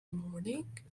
morning